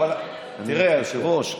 תראה, היושב-ראש,